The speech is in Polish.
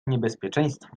niebezpieczeństwo